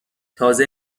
تازه